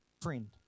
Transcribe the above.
friend